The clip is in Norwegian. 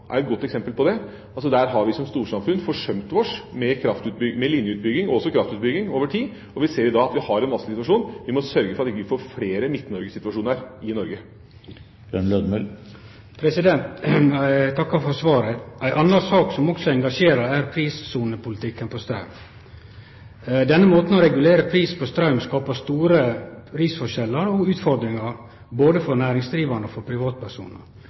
er et godt eksempel på det. Der har vi som storsamfunn forsømt oss med linjeutbygging og også kraftutbygging over tid, og vi ser i dag at vi har en vanskelig situasjon. Vi må sørge for at vi ikke får flere Midt-Norge-situasjoner i Norge. Eg takkar for svaret. Ei anna sak som også engasjerer, er prissonepolitikken for straum. Denne måten å regulere pris på straum på skapar store prisforskjellar og utfordringar, både for næringsdrivande og for